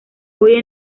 hoy